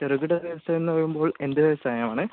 ചെറുകിട വ്യവസായം എന്ന് പറയുമ്പോൾ എന്ത് വ്യവസായമാണ്